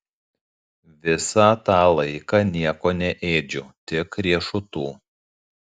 visą tą laiką nieko neėdžiau tik riešutų